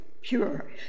pure